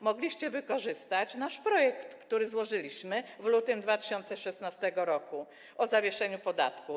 Mogliście wykorzystać nasz projekt, który złożyliśmy w lutym 2016 r., o zawieszeniu podatku.